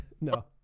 No